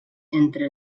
entre